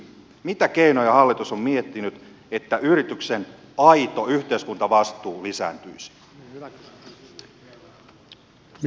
mitä keinoja hallitus on miettinyt että yrityksen aito yhteiskuntavastuu lisääntyisi